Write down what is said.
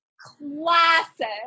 classic